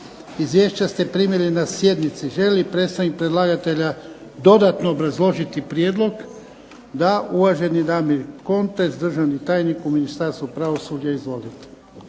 Izvješća ste primili na sjednici. Želi li predstavnik predlagatelja dodatno obrazložiti prijedlog? Da. Uvaženi Damir KOntrec, državni tajnik u Ministarstvu pravosuđa. Izvolite.